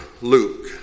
Luke